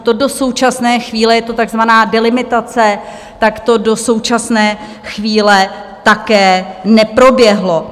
To do současné chvíle, je to takzvaná delimitace, to do současné chvíle také neproběhlo.